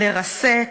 לרסק,